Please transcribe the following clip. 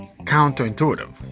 counterintuitive